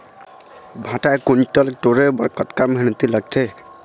भांटा एक कुन्टल टोरे बर कतका मेहनती लागथे?